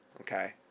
okay